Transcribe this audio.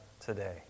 today